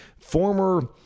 former